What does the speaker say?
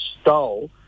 stole